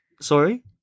Sorry